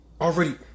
already